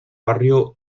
barrio